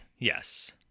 Yes